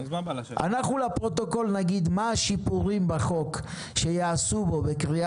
אנחנו נגיד לפרוטוקול מה השיפורים בחוק שייעשו לקראת